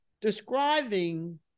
Describing